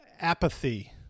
apathy